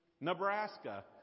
nebraska